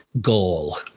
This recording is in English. Goal